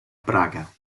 praga